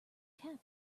cap